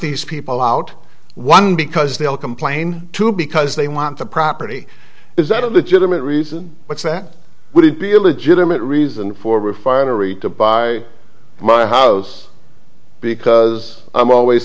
these people out one because they'll complain too because they want the property is not a legitimate reason what's that would be a legitimate reason for refinery to buy my house because i'm always